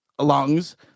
lungs